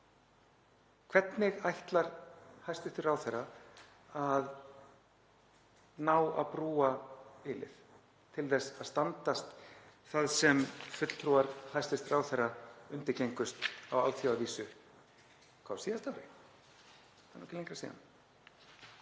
hvernig ætlar hæstv. ráðherra að ná að brúa bilið til þess að standast það sem fulltrúar hæstv. ráðherra undirgengust á alþjóðavísu á síðasta ári, það er ekki lengra síðan?